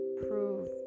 prove